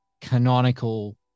canonical